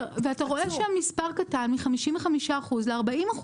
אתה רואה שהמספר קטן מ-55% ל-40%.